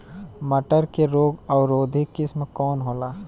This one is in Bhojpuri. मटर के रोग अवरोधी किस्म कौन होला?